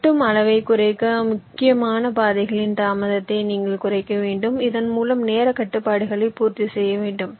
வெட்டும் அளவைக் குறைக்க முக்கியமான பாதைகளின் தாமதத்தை நீங்கள் குறைக்க வேண்டும் இதன் மூலம் நேரக் கட்டுப்பாடுகளை பூர்த்தி செய்ய வேண்டும்